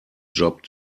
job